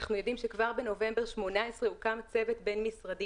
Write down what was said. אנחנו יודעים שכבר בנובמבר 2018 הוקם צוות בין-משרדי